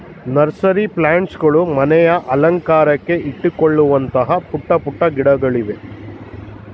nursery plants ಗಳು ಮನೆ ಅಲಂಕಾರಕ್ಕೆ ಇಟ್ಟುಕೊಳ್ಳುವಂತಹ ಪುಟ್ಟ ಪುಟ್ಟ ಗಿಡಗಳಿವೆ